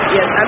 Yes